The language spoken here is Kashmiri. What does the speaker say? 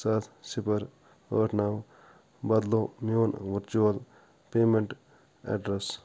سَتھ صِفر ٲٹھ نو بدلاو میون ورچول پیمنٹ ایڈریس